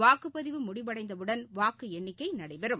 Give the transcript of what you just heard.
வாக்குப்பதிவு முடிவடைந்தவுடன் வாக்குஎண்ணிக்கைநடைபெறும்